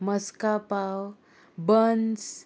मस्का पाव बन्स